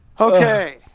Okay